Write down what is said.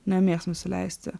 nemėgstam įsileisti